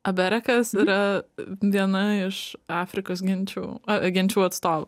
aberekas yra viena iš afrikos genčių genčių atstovų